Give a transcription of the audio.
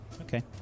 Okay